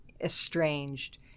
estranged